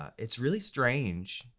it's really strange.